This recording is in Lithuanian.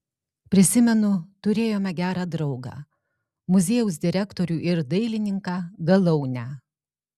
prisimenu turėjome gerą draugą muziejaus direktorių ir dailininką galaunę